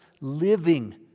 living